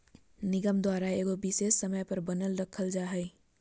निगम द्वारा एगो विशेष समय पर बनाल रखल जा हइ